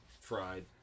fried